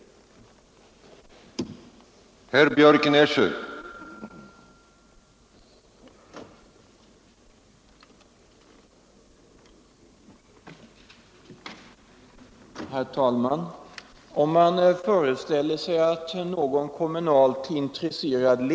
23 oktober 1974